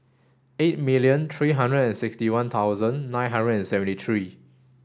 eight million three hundred and sixty one thousand nine hundred and seventy three